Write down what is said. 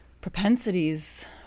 propensities